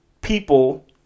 people